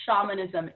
shamanism